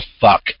fuck